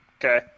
Okay